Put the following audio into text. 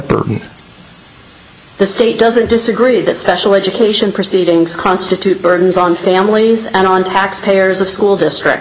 the state doesn't disagree that special education proceedings constitute burdens on families and on taxpayers of school district